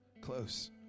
close